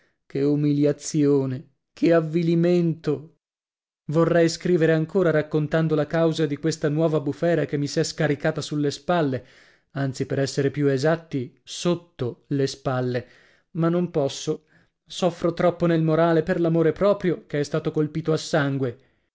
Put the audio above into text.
che umiliazione che avvilimento vorrei scrivere ancora raccontando la causa di questa nuova bufera che mi s'è scaricata sulle spalle anzi per essere più esatti sotto le spalle ma non posso soffro troppo nel morale per l'amore proprio che è stato colpito a sangue